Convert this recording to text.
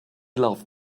laughed